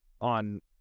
On